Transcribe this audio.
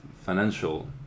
financial